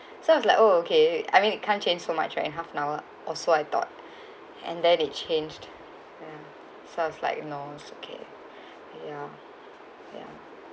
so I was like oh okay I mean it can't change so much right in half an hour or so I thought and then it change ya sounds like you know okay ya ya